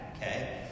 okay